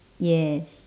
yes